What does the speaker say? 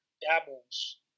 dabbles